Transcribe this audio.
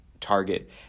target